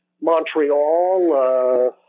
Montreal